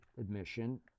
admission